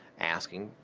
asking,